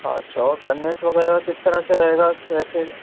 اچھا اور کنوینس وغیرہ کس طرح سے رہے گا کیسے